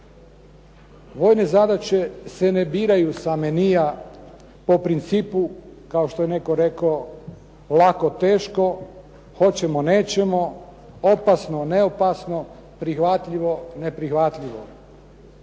ove zadaće se ne biraju sa menu po principu kao što je netko rekao lako teško, hoćemo-nećemo, opasno-neopasno, prihvatljivo-neprihvatljivo.